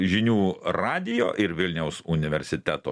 žinių radijo ir vilniaus universiteto